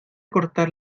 cortar